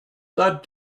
that